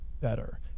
better